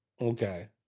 Okay